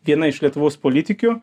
viena iš lietuvos politikių